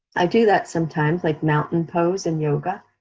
i do that sometimes like mountain pose and yoga,